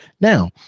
Now